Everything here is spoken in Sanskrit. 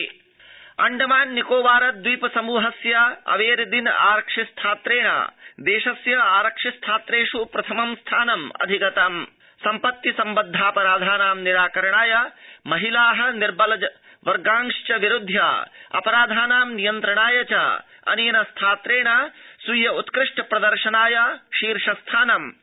आरक्षिस्थात्रम् अण्डमान निकोबार द्वीप समूहस्य अबेरदीन आरक्षि स्थात्रेण देशस्य आरक्षिस्थात्रेष् प्रथमं स्थानम् अवाप्तम् सम्पत्ति सम्बद्धापराधानां निराकरणाय महिलाः निर्बल वर्गाध विरुध्य अपराधानां नियन्त्रणाय च अनेन स्थात्रेण स्वीय उत्कृष्ट प्रदर्शनाय शीर्षस्थानम् अधिगतम्